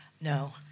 No